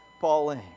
Pauline